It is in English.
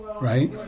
right